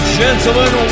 gentlemen